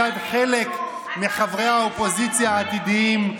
מצד חלק מחברי האופוזיציה העתידיים,